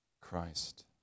Christ